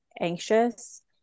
anxious